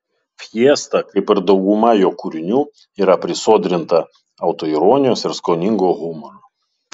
fiesta kaip ir dauguma jo kūrinių yra prisodrinta autoironijos ir skoningo humoro